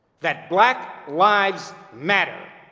that black lives matter.